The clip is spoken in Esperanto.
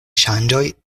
ŝanĝoj